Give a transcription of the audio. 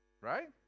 right